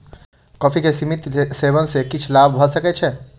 coffee के सीमित सेवन सॅ किछ लाभ भ सकै छै